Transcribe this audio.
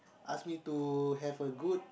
ask me to have a good